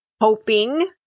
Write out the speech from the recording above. hoping